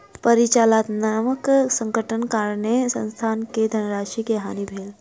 परिचालनात्मक संकटक कारणेँ संस्थान के धनराशि के हानि भेल